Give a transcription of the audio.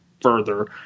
further